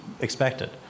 expected